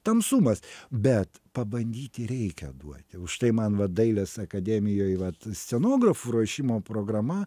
tamsumas bet pabandyti reikia duoti už tai man va dailės akademijoj vat scenografų ruošimo programa